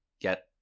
get